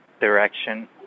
direction